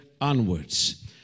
onwards